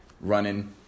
running